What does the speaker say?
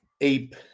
Ape